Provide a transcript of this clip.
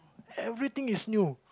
everything is new